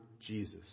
Jesus